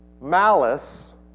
malice